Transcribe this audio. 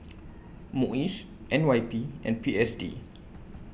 Muis N Y P and P S D